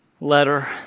letter